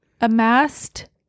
amassed